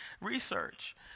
research